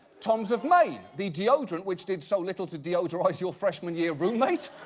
tom's of maine, the deodorant which did so little to deodorize your freshmen year roommate.